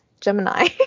Gemini